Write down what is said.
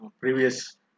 previous